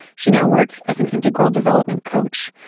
she now works as an integral development coach.